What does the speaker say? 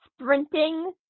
sprinting